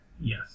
Yes